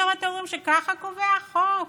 פתאום אתם אומרים שככה קובע החוק.